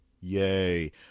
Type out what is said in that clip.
Yay